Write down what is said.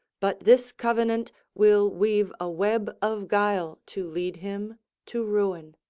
but this covenant will weave a web of guile to lead him to ruin.